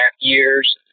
years